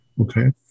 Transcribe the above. Okay